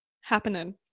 happening